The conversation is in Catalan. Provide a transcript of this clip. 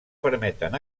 permeten